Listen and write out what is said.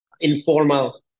informal